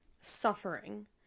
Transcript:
suffering